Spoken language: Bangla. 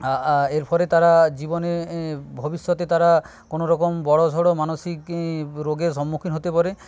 এরফলে তারা জীবনে ভবিষ্যতে তারা কোনোরকম বড়োসড়ো মানসিক রোগের সম্মুখীন হতে পারে